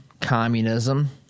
communism